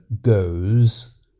goes